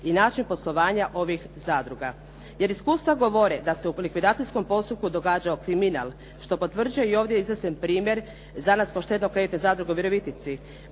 i način poslovanja ovih zadruga, jer iskustva govore da se u likvidacijskom postupku događao kriminal, što potvrđuje i ovdje iznesenim primjer Zanatsko štedno-kreditne zadruge u Virovitici.